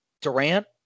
Durant